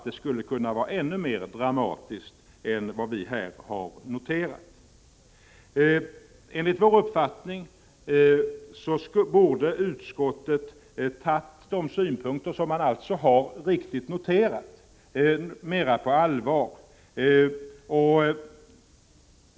Det skulle vara ännu mera dramatiskt än vad vi här har noterat. Enligt vår uppfattning borde utskottet ha tagit de synpunkter som man alltså riktigt har noterat mera på allvar.